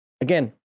Again